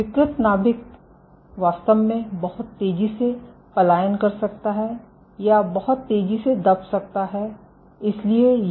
विकृत नाभिक वास्तव में बहुत तेजी से पलायन कर सकता है या बहुत तेजी से दब सकता है